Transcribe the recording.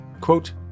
quote